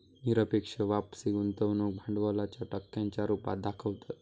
निरपेक्ष वापसी गुंतवणूक भांडवलाच्या टक्क्यांच्या रुपात दाखवतत